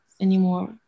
anymore